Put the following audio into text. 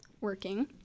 working